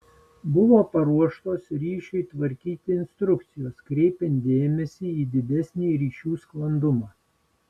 buvo paruoštos ryšiui tvarkyti instrukcijos kreipiant dėmesį į didesnį ryšių sklandumą